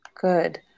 Good